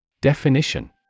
Definition